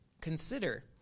Consider